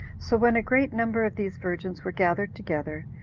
so when a great number of these virgins were gathered together,